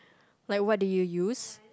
like what did you use